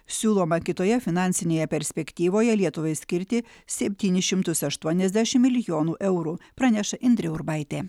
siūloma kitoje finansinėje perspektyvoje lietuvai skirti septynis šimtus aštuoniasdešim milijonų eurų praneša indrė urbaitė